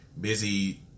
Busy